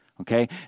Okay